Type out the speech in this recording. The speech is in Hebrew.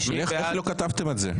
איך לא כתבתם את זה?